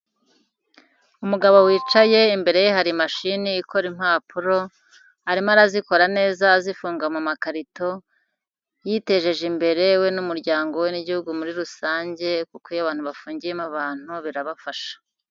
Umugabo wicaye imbere hari mashini ikora impapuro, arimo arazikora neza azifunga mu makarito, yitejeje imbere we n'umuryango we n'igihugu muri rusange, kuko iyo abantu bafungiyemo abantu birabafasha.